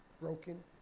broken